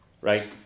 Right